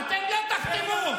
הינה, תחתים.